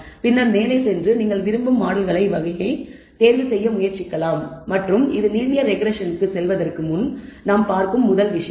பின்னர் மேலே சென்று நீங்கள் விரும்பும் மாடல்கள் வகையைத் தேர்வுசெய்ய முயற்சிக்கவும் மற்றும் இது லீனியர் ரெக்ரெஸ்ஸன்க்குள் செல்வதற்கு முன் நாம் பார்க்கும் முதல் விஷயம்